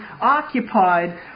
occupied